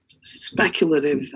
speculative